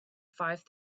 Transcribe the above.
five